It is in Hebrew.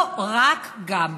לא "רק" "גם".